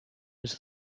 was